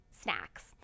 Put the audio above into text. snacks